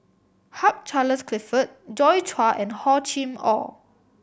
Hugh Charles Clifford Joi Chua and Hor Chim Or